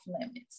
limits